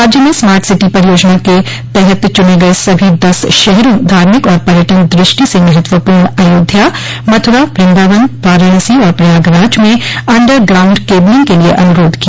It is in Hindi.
राज्य में स्मार्ट सिटी परियोजना के तहत चुने गये सभी दस शहरों धार्मिक और पर्यटन दृष्टि से महत्वपर्ण अयोध्या मथुरा वृन्दावन वाराणसी और प्रयागराज में अंडर ग्राउंड केबलिंग के लिए अनुरोध किया